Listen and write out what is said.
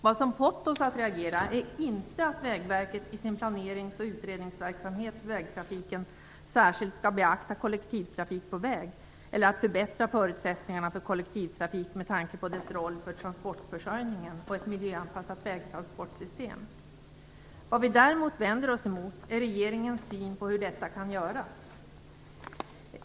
Vad som har fått oss att reagera är inte att Vägverket i sin planerings och utredningsverksamhet för vägtrafiken särskilt skall beakta kollektivtrafik på väg eller att man skall förbättra förutsättningarna för kollektivtrafik med tanke på dess roll för transportförsörjningen och ett miljöanpassat vägtransportsystem. Vad vi däremot vänder oss mot är regeringens syn på hur detta kan göras.